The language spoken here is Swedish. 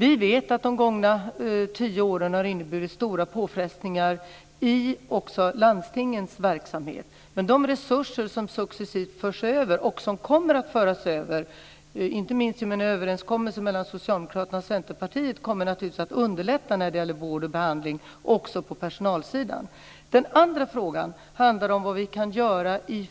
Vi vet att de gångna tio åren har inneburit stora påfrestningar också i landstingens verksamhet, men de resurser som successivt förs över och som kommer att föras över, inte minst genom överenskommelsen mellan Socialdemokraterna och Centerpartiet, kommer att underlätta vård och behandlingsverksamheten också på personalsidan. Den andra frågan är vad vi kan göra i